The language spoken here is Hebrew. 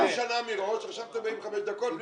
הבוקר פגש אותי המנכ"ל.